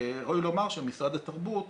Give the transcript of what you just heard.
ראוי לומר שמשרד התרבות,